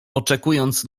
oczekując